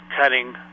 cutting